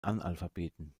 analphabeten